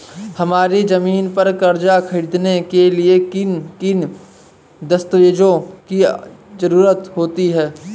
हमारी ज़मीन पर कर्ज ख़रीदने के लिए किन किन दस्तावेजों की जरूरत होती है?